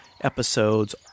episodes